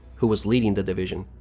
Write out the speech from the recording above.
who was leading the division.